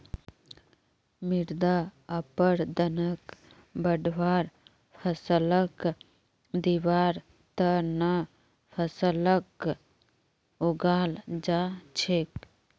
मृदा अपरदनक बढ़वार फ़सलक दिबार त न फसलक उगाल जा छेक